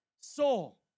soul